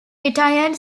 retired